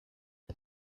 det